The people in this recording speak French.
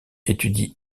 étudie